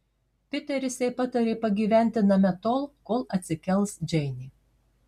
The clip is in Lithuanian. piteris jai patarė pagyventi name tol kol atsikels džeinė